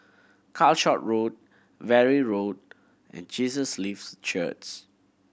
Calshot Road Valley Road and Jesus Lives Church